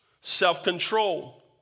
self-control